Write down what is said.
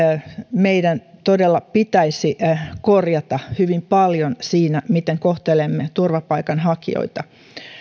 meidän todella pitäisi korjata hyvin paljon siinä miten kohtelemme turvapaikanhakijoita